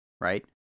right